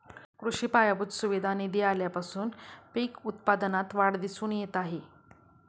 कृषी पायाभूत सुविधा निधी आल्यापासून पीक उत्पादनात वाढ दिसून येत आहे